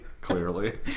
Clearly